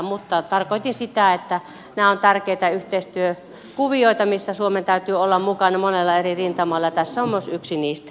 mutta tarkoitin sitä että nämä ovat tärkeitä yhteistyökuvioita missä suomen täytyy olla mukana monella eri rintamalla ja tässä on myös yksi niistä